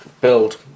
build